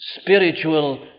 spiritual